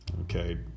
okay